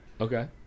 Okay